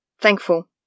Thankful